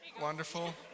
Wonderful